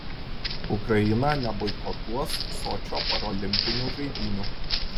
ukraina neboikotuos sočio parolimpinių žaidynių